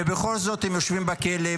ובכל זאת הם יושבים בכלא,